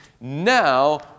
now